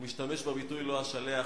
הוא משתמש בביטוי "לא אשלח",